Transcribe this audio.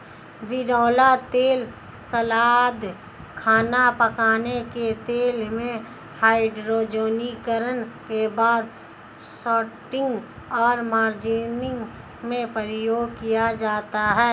बिनौला तेल सलाद, खाना पकाने के तेल में, हाइड्रोजनीकरण के बाद शॉर्टनिंग और मार्जरीन में प्रयोग किया जाता है